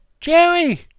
Jerry